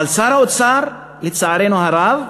אבל שר האוצר, לצערנו הרב,